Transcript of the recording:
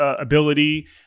ability